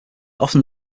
often